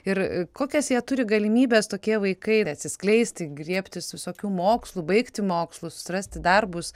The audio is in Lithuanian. ir kokias jie turi galimybes tokie vaikai ir atsiskleisti griebtis visokių mokslų baigti mokslus susirasti darbus